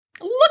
Look